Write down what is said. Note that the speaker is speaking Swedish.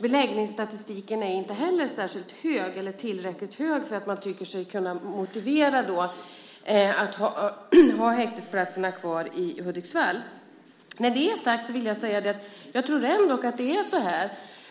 Beläggningsstatistiken är inte heller tillräckligt hög för att motivera att man har häktesplatserna kvar i Hudiksvall. Jag tror ändå